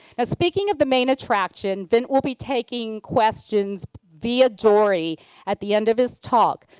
ah speaking of the main attraction, vint will be taking questions via dory at the end of his talk.